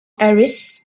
harris